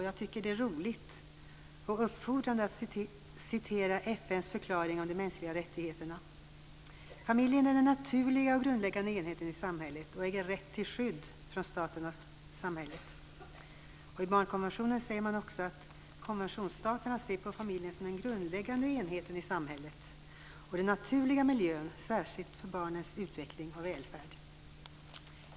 Jag tycker att det är roligt och uppfordrande att citera "Familjen är den naturliga och grundläggande enheten i samhället och äger rätt till skydd från samhället och staten." I barnkonventionen säger man att konventionsstaterna ser på familjen som den grundläggande enheten i samhället och den naturliga miljön särskilt för barnens utveckling och välfärd.